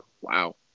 Wow